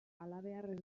halabeharrez